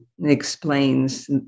explains